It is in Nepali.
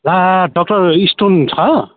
ला डाक्टर स्टोन छ